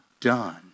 done